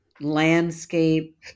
landscape